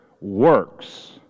works